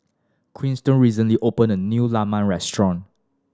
Kiersten recently opened a new Lemang restaurant